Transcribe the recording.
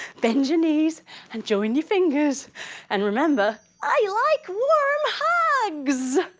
bend your knees and join your fingers and remember i like warm hugs!